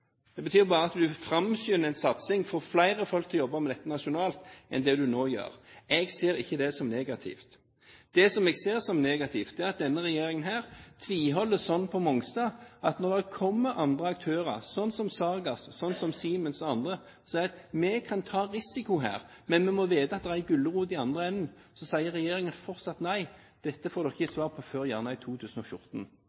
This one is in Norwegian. Det betyr bare at du framskynder en satsing, får flere folk til å jobbe med dette nasjonalt enn det du nå gjør. Jeg ser ikke det som negativt. Det som jeg ser som negativt, er at denne regjeringen tviholder sånn på Mongstad at når det kommer andre aktører som Sargas, Siemens og andre som sier at vi kan ta risiko her, men vi må vite at det er en gulrot i andre enden, så sier regjeringen fortsatt nei, dette få dere ikke